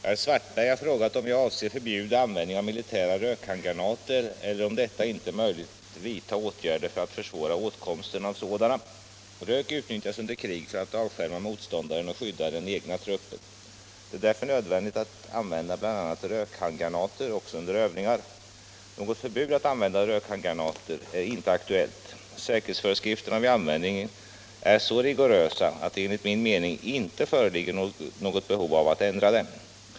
Herr talman! Herr Svartberg har frågat om jag avser att förbjuda användning av militära rökhandgranater eller, om detta inte är möjligt, om jag ämnar vidta åtgärder för att försvåra åtkomsten av sådana. Rök utnyttjas under krig för att avskärma motståndaren och skydda den egna truppen. Det är därför nödvändigt att använda bl.a. rökhandgranater också under övningar. Något förbud att använda rökhandgranater är inte aktuellt. Säkerhetsföreskrifterna vid användningen är så rigorösa att det enligt min mening inte föreligger något behov av att ändra på dem.